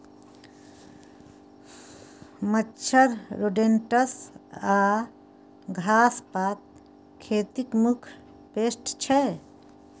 मच्छर, रोडेन्ट्स आ घास पात खेतीक मुख्य पेस्ट छै